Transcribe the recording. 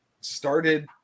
started